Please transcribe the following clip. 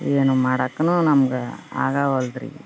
ಏನು ಮಾಡಕ್ಕೂನು ನಮ್ಗ ಆಗವಲ್ದ್ರಿ